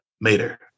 Mater